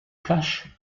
cache